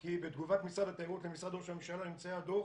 כי בתגובת משרד התיירות למשרד ראש הממשלה לממצאי הדוח